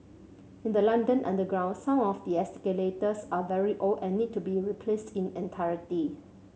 in the London underground some of the escalators are very old and need to be replaced in entirety